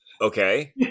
Okay